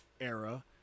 era